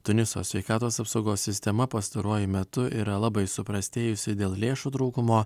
tuniso sveikatos apsaugos sistema pastaruoju metu yra labai suprastėjusi dėl lėšų trūkumo